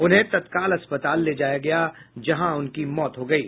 उन्हें तत्काल अस्पताल ले जाया गया जहां उनकी मौत हो गयी